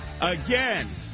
Again